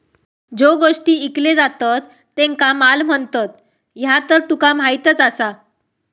ज्यो गोष्टी ईकले जातत त्येंका माल म्हणतत, ह्या तर तुका माहीतच आसा